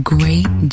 Great